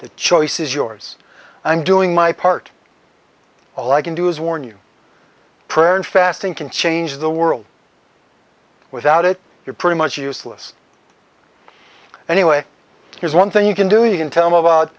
the choice is yours i'm doing my part all i can do is warn you prayer and fasting can change the world without it you're pretty much useless anyway here's one thing you can do you can tell me about